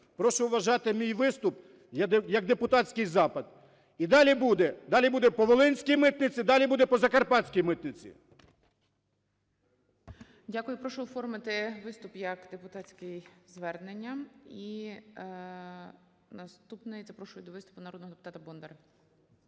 Прошу вважати мій виступ як депутатський запит. І далі буде: далі буде по Волинській митниці, далі буде по Закарпатській митниці. ГОЛОВУЮЧИЙ. Дякую. Прошу оформити виступ як депутатське звернення. І наступний, запрошую до виступу народного депутата Бондаря.